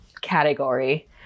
category